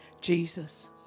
Jesus